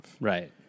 Right